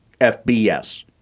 FBS